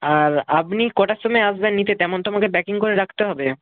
আর আপনি কটার সময় আসবেন নিতে তেমন তো আমাকে প্যাকিং করে রাখতে হবে